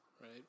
right